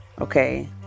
okay